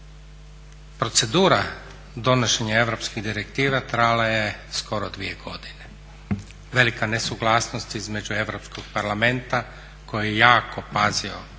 Procedura donošenja europskih direktiva trajala je skoro 2 godine. Velika nesuglasnost između Europskog parlamenta koji je jako pazio